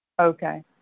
Okay